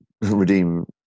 redeem